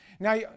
Now